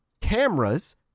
cameras